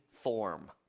form